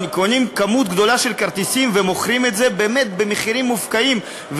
קונים כמות גדולה של כרטיסים ומוכרים את זה באמת במחירים מופקעים,